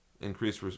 increased